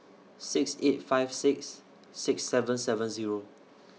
six eight five six six seven seven Zero